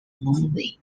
movie